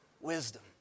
Wisdom